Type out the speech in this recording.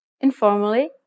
Informally